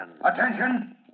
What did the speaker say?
Attention